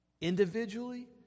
Individually